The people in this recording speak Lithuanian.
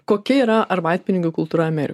kokia yra arbatpinigių kultūra amerikoj